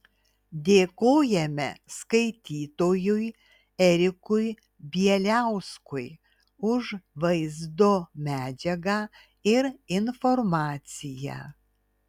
dėkojame skaitytojui erikui bieliauskui už vaizdo medžiagą ir informaciją